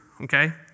okay